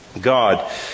God